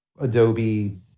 Adobe